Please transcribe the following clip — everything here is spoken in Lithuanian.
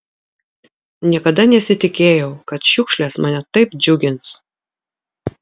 niekada nesitikėjau kad šiukšlės mane taip džiugins